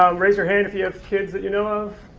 um raise your hand if you have kids, that you know of.